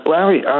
Larry